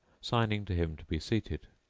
signing to him to be seated.